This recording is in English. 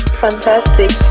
fantastic